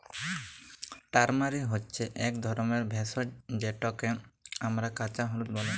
turmeric হছে ইক ধরলের ভেষজ যেটকে আমরা কাঁচা হলুদ ব্যলি